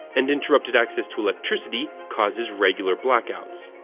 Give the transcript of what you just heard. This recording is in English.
and interrupted access to electricity causes regular blackouts.